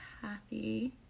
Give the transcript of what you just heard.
Kathy